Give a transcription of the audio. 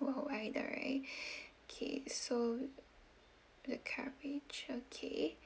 worldwide alright K so the coverage okay